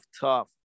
tough